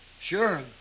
Sure